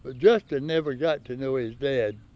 ah justin never got to know his dad.